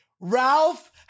Ralph